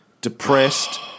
depressed